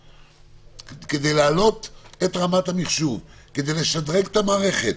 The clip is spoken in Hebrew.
כדי להעלות את רמת המחשוב, כדי לשדרג את המערכת.